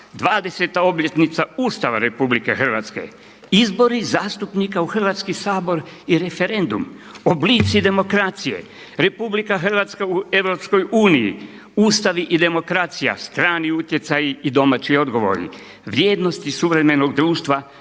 obljetnica Ustava Republike Hrvatske“, „Izbori zastupnika u Hrvatski sabor i referendum“, „Oblici demokracije“, „Republika Hrvatska u Europskoj uniji, Ustavi i demokracija strani utjecaji i domaći odgovori, „Vrijednosti suvremenog društva